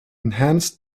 enhanced